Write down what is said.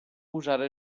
usare